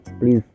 Please